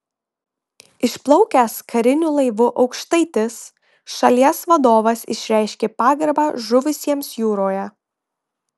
išplaukęs kariniu laivu aukštaitis šalies vadovas išreiškė pagarbą žuvusiems jūroje